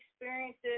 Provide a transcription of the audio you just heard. experiences